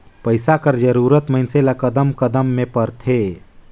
पइसा कर जरूरत मइनसे ल कदम कदम में परथे